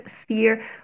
sphere